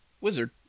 Wizard